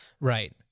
Right